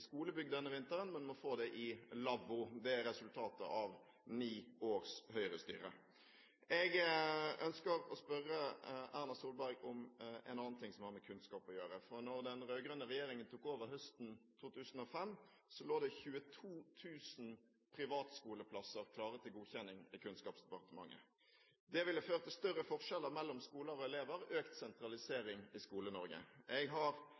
skolebygg denne vinteren, men må få det i en lavvo. Det er resultatet av ni års Høyre-styre. Jeg ønsker å spørre Erna Solberg om en annen ting som har med kunnskap å gjøre: Da den rød-grønne regjeringen tok over høsten 2005, lå det 22 000 privatskoleplasser klare til godkjenning i Kunnskapsdepartementet. Det ville ført til større forskjeller mellom skole og elever, og økt sentralisering i Skole-Norge. Jeg har